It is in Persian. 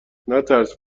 نترس